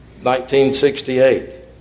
1968